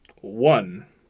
One